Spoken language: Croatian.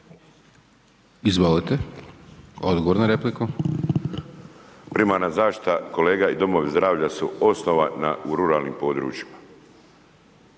Izvolite. Odgovor na repliku. **Bulj, Miro (MOST)** Primarna zaštita kolega i domovi zdravlja su osnova na u ruralnim područjima.